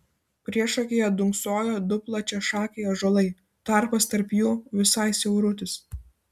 priešakyje dunksojo du plačiašakiai ąžuolai tarpas tarp jų visai siaurutis